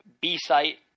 B-Site